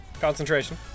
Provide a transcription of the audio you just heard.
Concentration